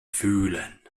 fühlen